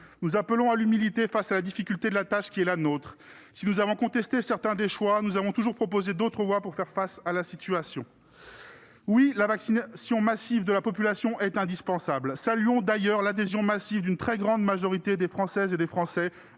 Nous appelons à l'humilité face à la difficulté de la tâche qui est la nôtre. Si nous avons contesté certains des choix opérés, nous avons toujours proposé d'autres voies pour faire face à la situation. Oui, la vaccination massive de la population est indispensable. Saluons d'ailleurs l'adhésion d'une très grande majorité de Françaises et de Français